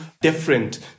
different